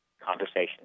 conversation